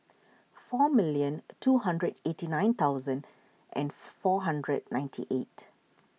four million two hundred eighty nine thousand and four hundred ninety eight